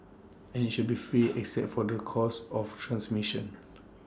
and IT should be free except for the cost of transmission